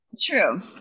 true